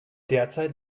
derzeit